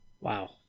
Wow